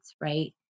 right